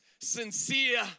sincere